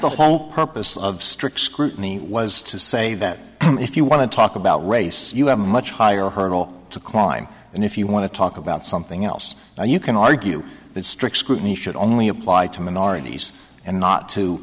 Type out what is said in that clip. whole purpose of strict scrutiny was to say that if you want to talk about race you have a much higher hurdle to climb and if you want to talk about something else now you can argue that strict scrutiny should only apply to minorities and not to